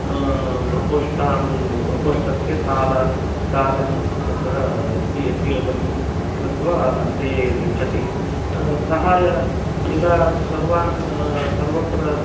प्रकोष्ठान् प्रकोष्ठस्य ताल तालं तत्र कीलकं कृत्वा अन्ते गच्छति सः यदा सर्वान् सर्वत्र